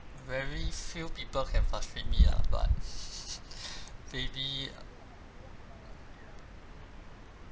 very few people can frustrate me lah but maybe